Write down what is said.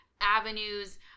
avenues